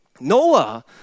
Noah